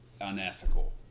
unethical